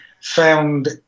found